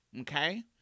okay